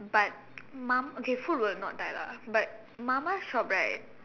but mum okay food will not die lah but mama shop right